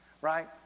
right